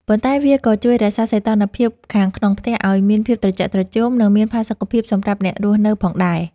ប៉ុន្តែវាក៏ជួយរក្សាសីតុណ្ហភាពខាងក្នុងផ្ទះឱ្យមានភាពត្រជាក់ត្រជុំ និងមានផាសុកភាពសម្រាប់អ្នករស់នៅផងដែរ។